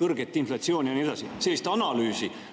kõrget inflatsiooni ja nii edasi. Sellist kompleksset